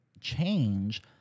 change